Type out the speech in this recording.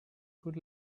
good